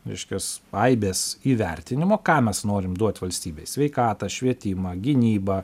reiškias aibės įvertinimo ką mes norim duot valstybei sveikatą švietimą gynybą